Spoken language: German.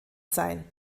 sein